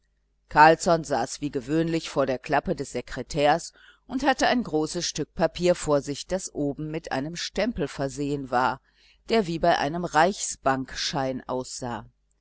carlsson saß wie gewöhnlich vor der klappe des sekretärs und hatte ein großes stück papier vor sich das oben mit einem stempel versehen war der wie bei einem reichsbankschein aussah